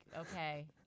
okay